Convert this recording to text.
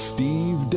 Steve